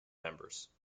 members